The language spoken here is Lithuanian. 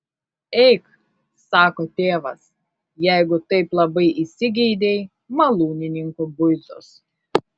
eik sako tėvas jeigu taip labai įsigeidei malūnininko buizos